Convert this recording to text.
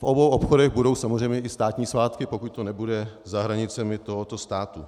V obou obchodech budou samozřejmě i státní svátky, pokud to nebude za hranicemi tohoto státu.